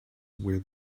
where